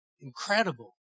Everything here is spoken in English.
Incredible